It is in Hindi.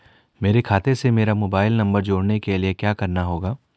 मेरे खाते से मेरा मोबाइल नम्बर जोड़ने के लिये क्या करना होगा?